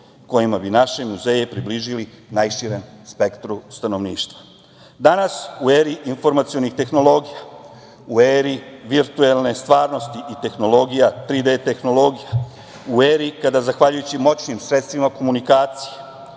kojima bi naše muzeje približili najširem spektru stanovništva. Danas u eri informacionih tehnologija, u eri virtuelne stvarnosti i 3D tehnologija, u eri kada zahvaljujući moćnim sredstvima komunikacije